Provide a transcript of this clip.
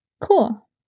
cool